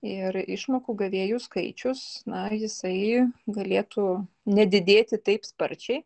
ir išmokų gavėjų skaičius dar jisai galėtų nedidėti taip sparčiai